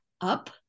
up